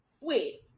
Wait